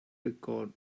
record